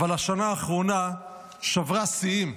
אבל השנה האחרונה שברה שיאים,